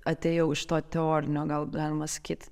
atėjau iš to teorinio gal galima sakyt